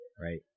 right